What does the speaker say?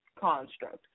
construct